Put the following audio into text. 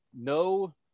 no